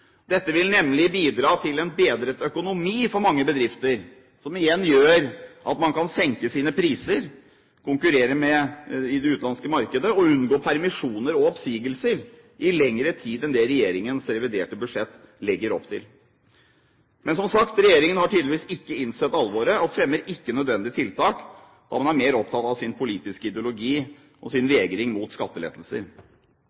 Dette vil nemlig bidra til en bedret økonomi for mange bedrifter, som igjen gjør at man kan senke sine priser, konkurrere i det utenlandske markedet og unngå permisjoner og oppsigelser i lengre tid enn det regjeringens reviderte budsjett legger opp til. Men, som sagt, regjeringen har tydeligvis ikke innsett alvoret, og fremmer ikke nødvendige tiltak, da man er mer opptatt av sin politiske ideologi og sin